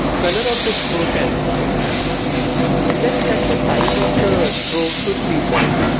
color of the stroke as white and then set the size of the stroke to three point